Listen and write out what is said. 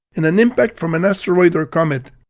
and an impact from an asteroid or comet.